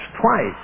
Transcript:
twice